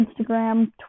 Instagram